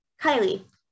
Kylie